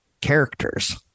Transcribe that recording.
characters